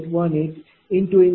011212 0